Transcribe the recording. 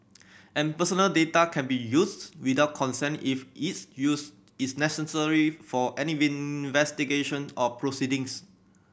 and personal data can be used without consent if its use is necessary for any investigation or proceedings